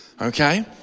okay